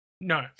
no